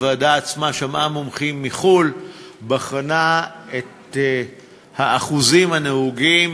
הוועדה עצמה שמעה מומחים מחו"ל ובחנה את האחוזים הנהוגים